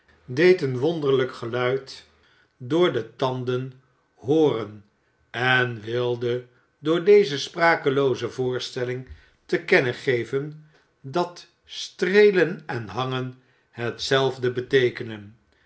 deed een wonderlijk geluid door de tanden hooren en wilde door deze sprakelooze voorstelling te kennen geven dat streelen en hangen hetzelfde beteekenen